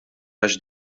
għax